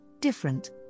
different